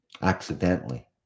accidentally